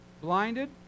blinded